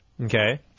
Okay